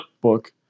book